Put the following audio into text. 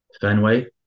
Fenway